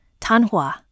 Tanhua